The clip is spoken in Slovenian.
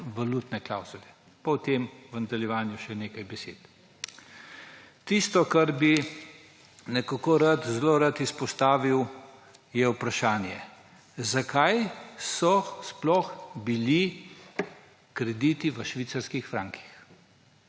valutne klavzule. Pa o tem v nadaljevanju še nekaj besed. Tisto, kar bi nekako zelo rad izpostavil, je vprašanje, zakaj so sploh bili krediti v švicarskih frankih,